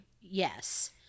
yes